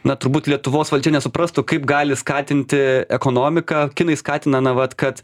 na turbūt lietuvos valdžia nesuprastų kaip gali skatinti ekonomiką kinai skatina na vat kad